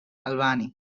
albany